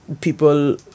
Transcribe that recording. people